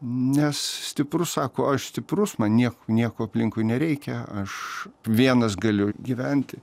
nes stiprus sako aš stiprus man nieko nieko aplinkui nereikia aš vienas galiu gyventi